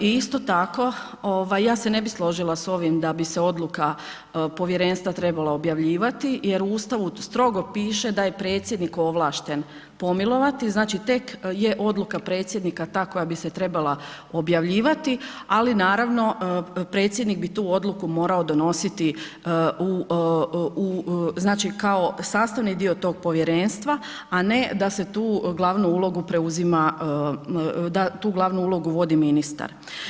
I isto tako, ja se ne bi složila s ovim da bi se odluka povjerenstva trebala objavljivati jer u Ustavu strogo piše da je Predsjednik ovlašten pomilovati, znači tek je odluka Predsjednika ta koja bi se trebala objavljivati ali naravno, Predsjednik bi tu odluku morao donositi kao sastavni dio tog povjerenstva a ne da tu glavnu ulogu vodi ministar.